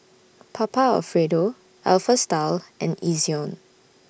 Papa Alfredo Alpha Style and Ezion